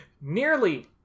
Nearly